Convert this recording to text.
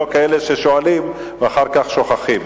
לא כאלה ששואלים ואחר כך שוכחים.